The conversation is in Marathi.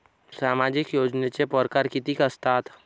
सामाजिक योजनेचे परकार कितीक असतात?